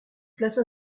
plaça